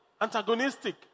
antagonistic